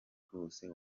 bwose